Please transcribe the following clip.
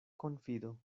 konfido